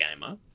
gamer